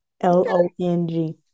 L-O-N-G